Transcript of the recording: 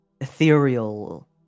ethereal